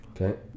Okay